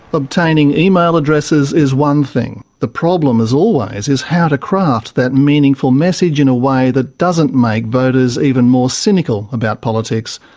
obtaining email addresses is one thing. the problem, as always, is how to craft that meaningful message in a way that doesn't make but voters even more cynical about politics.